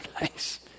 nice